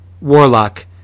warlock